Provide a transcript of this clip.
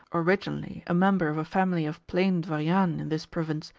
originally a member of a family of plain dvoriane in this province,